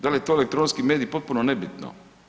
Da li je to elektronski medij potpuno nebitno.